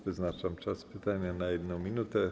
Wyznaczam czas pytania na 1 minutę.